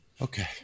Okay